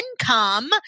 income